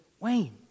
Wayne